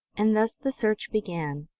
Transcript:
and thus the search began,